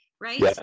right